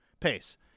pace